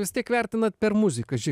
vis tiek vertinat per muziką ši